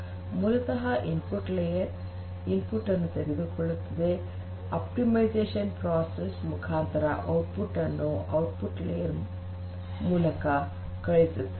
ಮೂಲತಃ input layer input ಅನ್ನು ತೆಗೆದುಕೊಳ್ಳುತ್ತದೆ ಆಪ್ಟಿಮೈಝೇಷನ್ ಪ್ರೋಸೆಸ್ ಮುಖಾಂತರ ಔಟ್ಪುಟ್ ಅನ್ನು ಔಟ್ಪುಟ್ ಲೇಯರ್ ಪದರದ ಮೂಲಕ ಕಳುಹಿಸಲಾಗುತ್ತದೆ